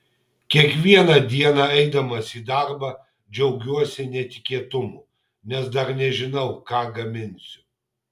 kiekvieną dieną eidamas į darbą džiaugiuosi netikėtumu nes dar nežinau ką gaminsiu